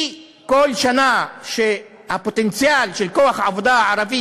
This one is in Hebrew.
כי כל שנה שהפוטנציאל של כוח העבודה הערבי